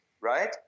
right